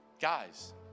Guys